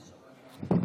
הודעה?